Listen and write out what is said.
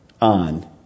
on